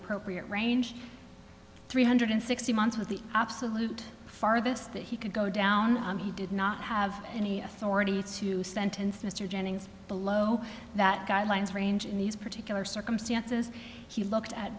appropriate range three hundred sixty months with the absolute farthest that he could go down on he did not have any authority to sentence mr jennings below that guidelines range in these particular circumstances he looked at